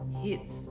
hits